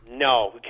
No